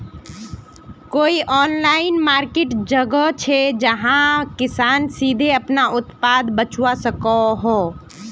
कोई online market जगह छे जहाँ किसान सीधे अपना उत्पाद बचवा सको हो?